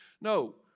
No